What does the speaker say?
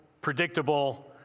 predictable